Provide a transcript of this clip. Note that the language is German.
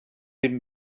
den